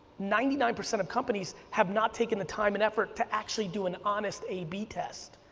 ninety nine percent of companies have not taken the time and effort to actually do an honest a b test.